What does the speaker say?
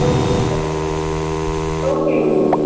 okay okay ma'am okay